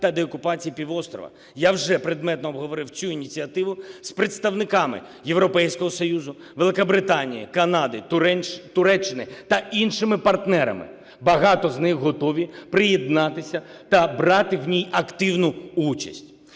та деокупації півострова. Я вже предметно обговорив цю ініціативу з представниками Європейського Союзу, Великобританії, Канади, Туреччини та іншими партнерами. Багато з них готові приєднатися та брати в ній активну участь.